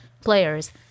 players